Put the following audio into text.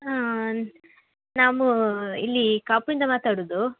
ನಾವು ಇಲ್ಲಿ ಕಾಪುಯಿಂದ ಮಾತಾಡುವುದು